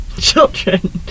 children